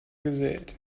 gesät